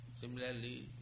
Similarly